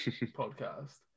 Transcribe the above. podcast